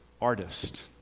artist